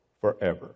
forever